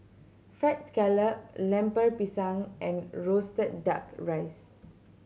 Fried Scallop Lemper Pisang and roasted Duck Rice